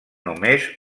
només